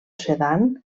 sedan